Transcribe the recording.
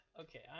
Okay